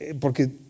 Porque